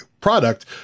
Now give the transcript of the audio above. product